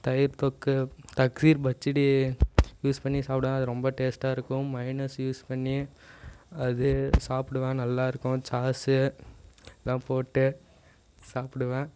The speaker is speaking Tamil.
தயிர் தொக்கு தக்சீர் பச்சடி யூஸ் பண்ணி சாப்பிடுவன் அது ரொம்ப டேஸ்ட்டாக இருக்கும் மைனஸ் யூஸ் பண்ணி அது சாப்பிடுவன் நல்லா இருக்கும் சாஸ்ஸு எல்லாம் போட்டு சாப்பிடுவன்